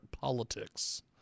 politics